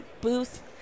booth